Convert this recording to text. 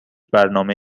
برنامه